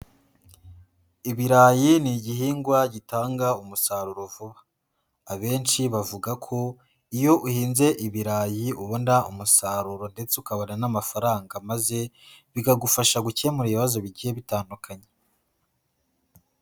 Ibirayi ni igihingwa gitanga umusaruro vuba, abenshi bavuga ko iyo uhinze ibirayi ubona umusaruro ndetse ukabona n'amafaranga maze bikagufasha gukemura ibibazo bigiye bitandukanye.